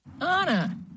Anna